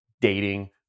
dating